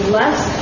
less